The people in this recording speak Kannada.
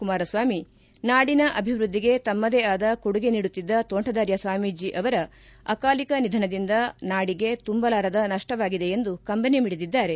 ಕುಮಾರಸ್ವಾಮಿ ನಾಡಿನ ಅಭಿವೃದ್ಧಿಗೆ ತಮ್ಮದೇ ಆದ ಕೊಡುಗೆ ನೀಡುತ್ತಿದ್ದ ತೋಂಟದಾರ್ಯ ಸ್ವಾಮೀಜಿ ಅವರ ಅಕಾಲಿಕ ನಿಧನದಿಂದ ನಾಡಿಗೆ ತುಂಬಲಾರದ ನಷ್ಟವಾಗಿದೆ ಎಂದು ಕಂಬನಿ ಮಿಡಿದಿದ್ದಾರೆ